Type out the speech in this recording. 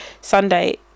Sunday